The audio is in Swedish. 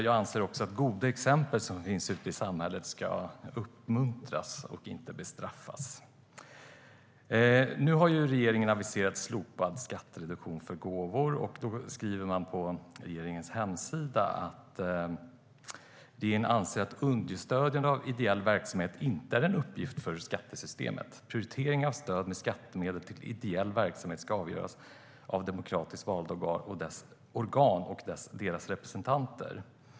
Jag anser också att goda exempel som finns ute i samhället ska uppmuntras och inte bestraffas. Nu har regeringen aviserat att man ska slopa skattereduktionen för gåvor till ideell verksamhet. Man skriver på regeringens hemsida: Regeringen anser att understödjande av ideell verksamhet inte är en uppgift för skattesystemet. Prioriteringar av stöd med skattemedel till ideell verksamhet ska avgöras av demokratiskt valda organ och deras representanter.